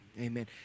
Amen